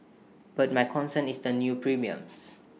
but my concern is the new premiums